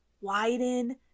widen